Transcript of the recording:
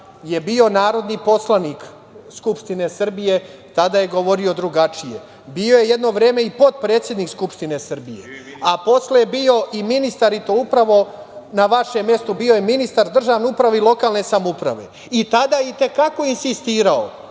je bio narodni poslanik Skupštine Srbije, tada je govorio drugačije. Bio je jedno vreme i potpredsednik Skupštine Srbije, a posle je bio i ministar i to upravo na vašem mestu, bio je ministar državne uprave i lokalne samouprave. I tada je i te kako insistirao,